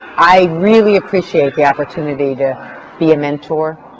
i really appreciate the opportunity to be a mentor,